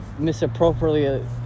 misappropriately